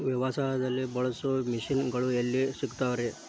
ವ್ಯವಸಾಯದಲ್ಲಿ ಬಳಸೋ ಮಿಷನ್ ಗಳು ಎಲ್ಲಿ ಸಿಗ್ತಾವ್ ರೇ?